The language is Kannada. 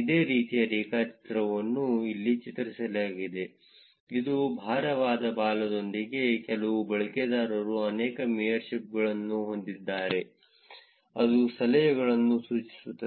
ಇದೇ ರೀತಿಯ ರೇಖಾಚಿತ್ರವನ್ನು ಇಲ್ಲಿ ಚಿತ್ರಿಸಲಾಗಿದೆ ಇದು ಭಾರವಾದ ಬಾಲದೊಂದಿಗೆ ಕೆಲವು ಬಳಕೆದಾರರು ಅನೇಕ ಮೇಯರ್ಶಿಪ್ಗಳನ್ನು ಹೊಂದಿದ್ದಾರೆ ಎಂದು ಸಲಹೆಗಳು ಸೂಚಿಸುತ್ತದೆ